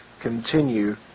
continue